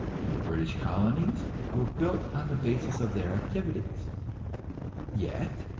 and the british colonies were built on the basis of their activities yet,